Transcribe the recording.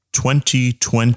2020